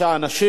האנשים